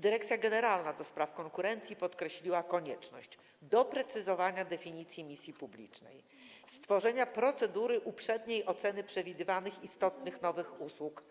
Dyrekcja Generalna ds. Konkurencji podkreśliła konieczność doprecyzowania definicji misji publicznej, stworzenia procedury uprzedniej oceny przewidywanych istotnych nowych usług